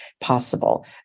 possible